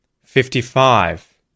fifty-five